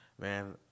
Man